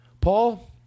Paul